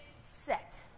set